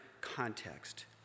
context